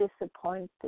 disappointed